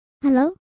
Hello